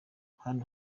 hano